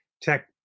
tech